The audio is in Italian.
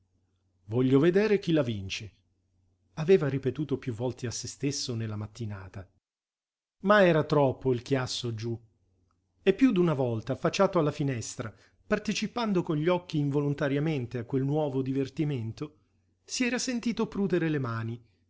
voglio vedere chi la vince aveva ripetuto piú volte a se stesso nella mattinata ma era troppo il chiasso giú e piú d'una volta affacciato alla finestra partecipando con gli occhi involontariamente a quel nuovo divertimento si era sentito prudere le mani